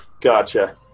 Gotcha